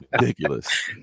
Ridiculous